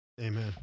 Amen